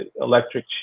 electric